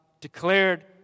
declared